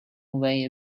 way